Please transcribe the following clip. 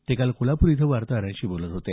ते काल कोल्हाप्रमध्ये वार्ताहरांशी बोलत होते